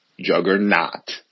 juggernaut